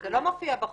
--- זה לא מופיע בחוק,